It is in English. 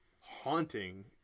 haunting